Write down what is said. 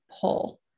pull